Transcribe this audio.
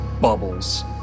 bubbles